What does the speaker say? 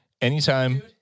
anytime